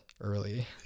early